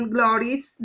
Glories